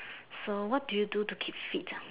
so what do you do to keep fit